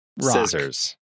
Scissors